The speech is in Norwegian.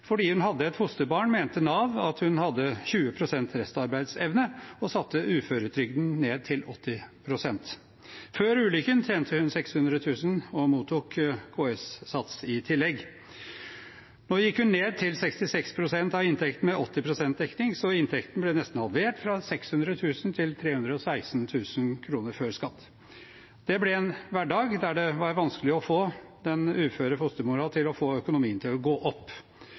Fordi hun hadde et fosterbarn, mente Nav hun hadde 20 pst. restarbeidsevne og satte uføretrygden ned til 80 pst. Før ulykken tjente hun 600 000 kr og mottok KS-sats i tillegg. Nå gikk hun ned til 66 pst. av inntekten med 80 pst. dekning, så inntekten ble nesten halvert, fra 600 000 til 316 000 kr før skatt. Det ble en hverdag der det var vanskelig for den uføre fostermoren å få økonomien til å gå opp.